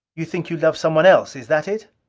you think you love someone else? is that it?